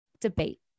debate